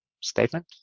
statement